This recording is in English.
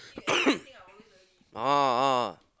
oh oh